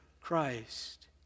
Christ